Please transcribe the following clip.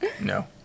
No